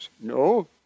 No